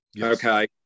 Okay